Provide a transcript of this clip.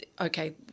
okay